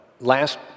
last